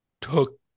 took